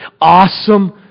awesome